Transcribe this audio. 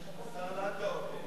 השר לנדאו.